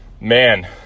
man